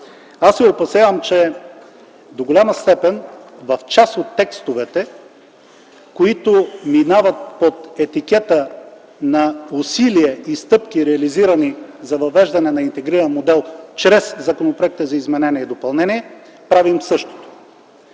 Аз се опасявам, че до голяма степен в част от текстовете, които минават под етикета на усилия и стъпки, реализирани за въвеждане на интегриран модел чрез законопроекта за изменение и допълнение, правим същото.